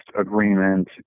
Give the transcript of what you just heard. agreement